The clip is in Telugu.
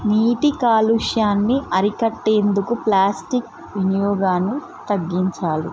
నీటి కాలుష్యాన్ని అరికట్టేందుకు ప్లాస్టిక్ వినియోగాన్ని తగ్గించారు